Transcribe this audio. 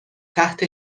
تحت